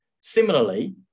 Similarly